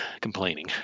complaining